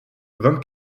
vingt